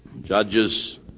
Judges